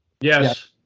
Yes